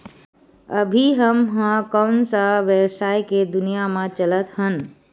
अभी हम ह कोन सा व्यवसाय के दुनिया म चलत हन?